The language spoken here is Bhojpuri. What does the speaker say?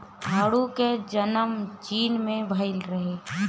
आडू के जनम चीन में भइल रहे